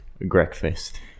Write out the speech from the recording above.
breakfast